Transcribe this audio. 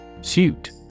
Suit